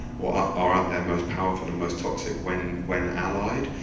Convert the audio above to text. or are at their most powerful and most toxic when when allied.